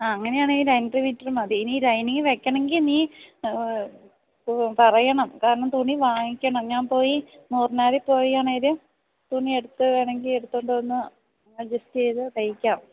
ആ അങ്ങനെയാണെ രണ്ട് മീറ്റർ മതി ഇനി ലൈനിങ് വെക്കണമെങ്കിൽ നീ പറയണം കാരണം തുണി വാങ്ങിക്കണം ഞാൻ പോയി മുന്നാറിൽ പോയി ആണെങ്കിലും തുണിയെടുത്ത് വേണമെങ്കിൽ എടുത്തുകൊണ്ട് വന്ന് അഡ്ജസ്റ്റ് ചെയ്ത് തയ്ക്കാം